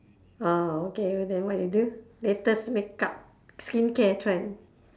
orh okay then what you do latest makeup skincare trend